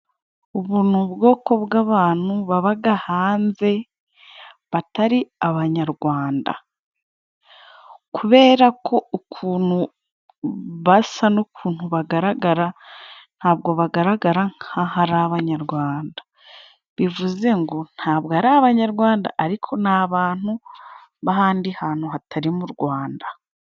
Ubu ni ubwoko bw'abantu baba hanze batari abanyarwanda, kubera ko ukuntu basa, n'ukuntu bagaragara, ntabwo bagaragara nkaho hari abanyarwanda, bivuze ngo ntabwo ari abanyarwanda ariko n'abantu b'ahandi hantu hatari murwanda.